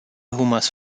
homers